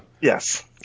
Yes